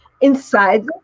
inside